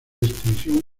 extensión